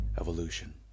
evolution